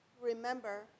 remember